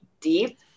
deep